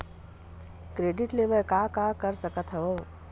Credit ले मैं का का कर सकत हंव?